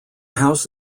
house